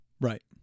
Right